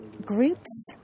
groups